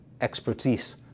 expertise